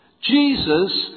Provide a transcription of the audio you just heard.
Jesus